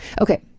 Okay